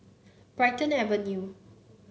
Brighton Avenue